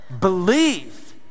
Believe